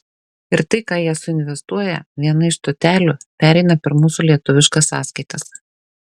ir tai ką jie suinvestuoja viena iš stotelių pereina per mūsų lietuviškas sąskaitas